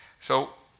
so